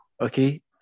okay